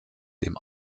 dem